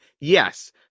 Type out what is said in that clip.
yes